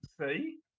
see